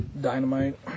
Dynamite